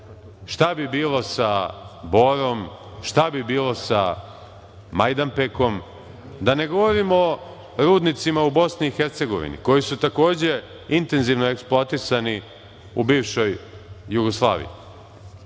šta bi bilo sa Borom, sa Majdanpekom, da ne govorimo o rudnicima u BiH koji su takođe intenzivno eksploatisani u bivšoj Jugoslaviji.